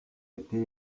été